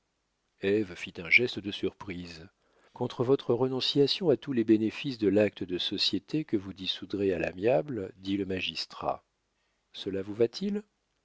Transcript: fit un geste de surprise contre votre renonciation à tous les bénéfices de l'acte de société que vous dissoudrez à l'amiable dit le magistrat cela vous va-t-il